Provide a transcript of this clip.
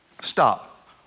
stop